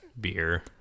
beer